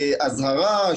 אזהרה,